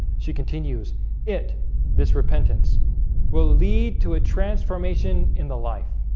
she continues it this repentance will lead to a transformation in the life